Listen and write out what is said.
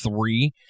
three